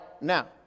now